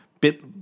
bit